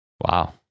Wow